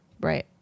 Right